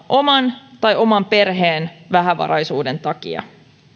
oman tai oman perheen vähävaraisuuden takia